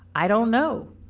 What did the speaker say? i don't know,